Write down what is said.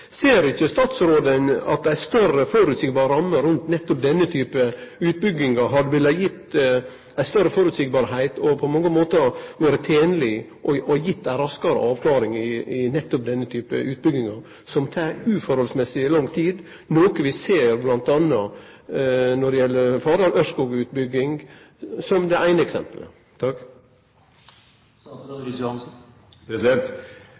Ser ikkje statsråden at ei meir føreseieleg ramme rundt nettopp denne type utbyggingar ville ha gitt meir føreseielegheit, vore tenleg, og gitt ei raskare avklaring i nettopp denne typen utbyggingar, som tek altfor lang tid, noko vi ser bl.a. når det gjeld Fardal–Ørskog-utbygginga, som eit eksempel? Det